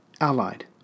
Allied